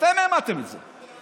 אתם העמדתם את זה,